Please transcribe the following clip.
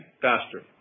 faster